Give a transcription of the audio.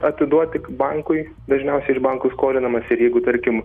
atiduoti bankui dažniausiai iš bankų skolinamasi ir jeigu tarkim